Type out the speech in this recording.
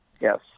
Yes